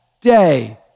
day